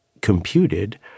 computed